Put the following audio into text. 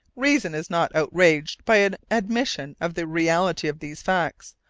reason is not outraged by an admission of the reality of these facts,